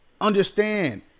understand